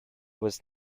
was